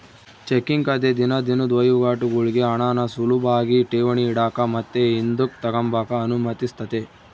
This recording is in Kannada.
ಚೆಕ್ಕಿಂಗ್ ಖಾತೆ ದಿನ ದಿನುದ್ ವಹಿವಾಟುಗುಳ್ಗೆ ಹಣಾನ ಸುಲುಭಾಗಿ ಠೇವಣಿ ಇಡಾಕ ಮತ್ತೆ ಹಿಂದುಕ್ ತಗಂಬಕ ಅನುಮತಿಸ್ತತೆ